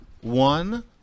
one